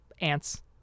ants